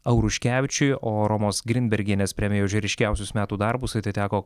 auruškevičiui o romos grinbergienės premija už ryškiausius metų darbus atiteko